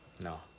No